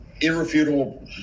Irrefutable